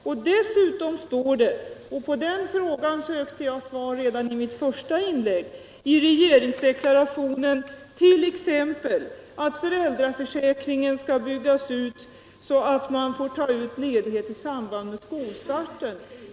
För det tredje står det på ett ställe i regeringsdeklarationen att föräldraförsäkringen skall byggas ut så att man får ta ut ledighet i samband med skolstarten.